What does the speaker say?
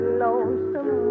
lonesome